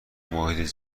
محیط